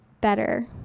better